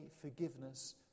forgiveness